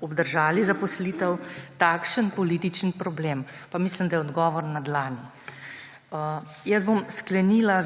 obdržali zaposlitev, takšen politični problem. Pa mislim, da je odgovor na dlani. Sklenila